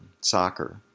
soccer